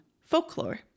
folklore